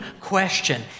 question